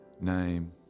name